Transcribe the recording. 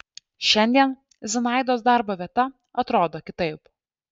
šiandien zinaidos darbo vieta atrodo kitaip